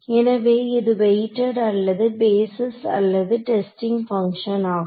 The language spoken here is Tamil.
எனவே இது வெயிட்டெட் அல்லது பேஸிஸ் அல்லது டெஸ்டிங் பங்ஷன் ஆகும்